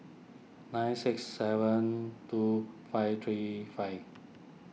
nine six seven two five three five